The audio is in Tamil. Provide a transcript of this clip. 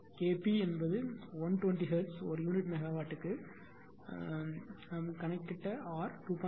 K p என்பது 120 ஹெர்ட்ஸ் ஒரு யூனிட் மெகாவாட்டுக்கு சில நாம் கணக்கிட்ட R 2